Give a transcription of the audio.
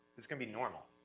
it's gonna be normal.